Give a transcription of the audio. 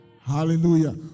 Hallelujah